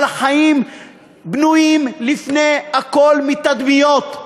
אבל החיים בנויים לפני הכול מתדמיות.